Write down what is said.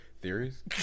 Theories